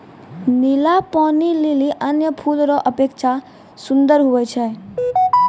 नीला पानी लीली अन्य फूल रो अपेक्षा सुन्दर हुवै छै